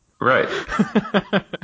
Right